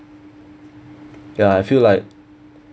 ya I feel like